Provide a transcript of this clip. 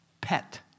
pet